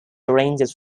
arranges